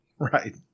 Right